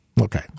Okay